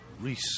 Reese